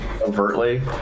overtly